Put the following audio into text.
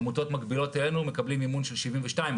עמותות מקבילות אלינו מקבלות מימון של 72%,